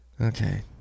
okay